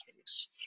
case